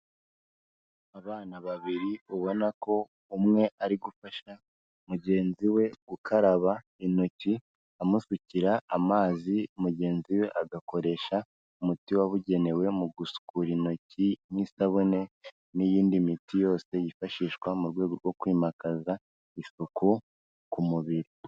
Abana babiri ubona ko umwe ari gufasha mugenzi we gukaraba intoki amusukira amazi, mugenzi we agakoresha umuti wabugenewe mu gusukura intoki n'isabune n'iyindi miti yose yifashishwa mu rwego rwo kwimakaza isuku ku mubiri.